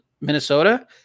Minnesota